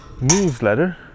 newsletter